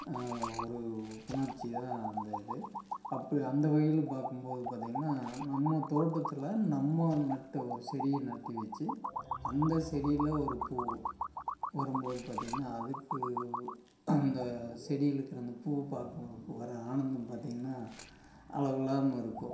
ஒரு உணர்ச்சி தான் அந்த இது அப்படி அந்த வகையில் பார்க்கும்போது பார்த்தீங்கன்னா நம்ம தோட்டத்தில் நம்ம நட்ட ஒரு செடியை நட்டு வச்சி அந்த செடியில் ஒரு பூ வரும்போது பார்த்தீங்கன்னா அதுக்கு அந்த செடியில இருக்கிற அந்த பூவை பார்க்க வரப்போ வர ஆனந்தம் பார்த்தீங்கன்னா அளவில்லாமல் இருக்கும்